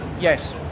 Yes